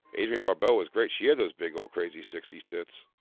adrienne barbeau was great. she had those big ol' crazy sixty s tits.